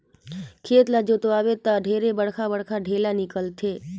खेत ल जोतवाबे त ढेरे बड़खा बड़खा ढ़ेला निकलथे